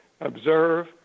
observe